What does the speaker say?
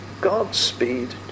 Godspeed